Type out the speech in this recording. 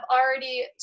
already